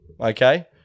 Okay